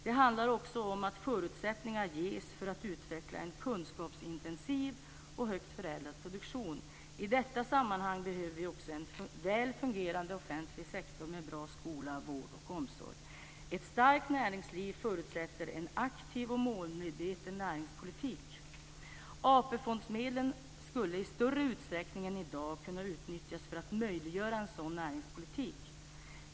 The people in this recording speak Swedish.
Det handlar också om att det bör ges förutsättningar för att utveckla en kunskapsintensiv och högt förädlad produktion. I detta sammanhang behöver vi också en väl fungerande offentlig sektor med bra skola, vård och omsorg. Ett starkt näringsliv förutsätter en aktiv och målmedveten näringspolitik. AP-fondsmedlen skulle i större utsträckning än i dag kunna utnyttjas för att möjliggöra en sådan näringspolitik.